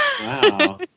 Wow